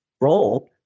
role